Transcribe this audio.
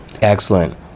Excellent